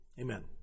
Amen